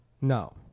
no